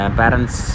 parents